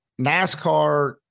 NASCAR